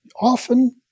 often